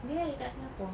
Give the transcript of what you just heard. dia ada kat Singapore